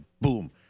boom